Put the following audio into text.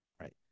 Right